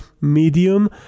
medium